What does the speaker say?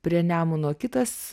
prie nemuno kitas